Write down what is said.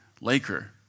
Laker